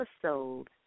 episode